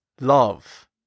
love